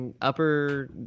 upper